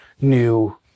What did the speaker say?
new